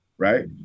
Right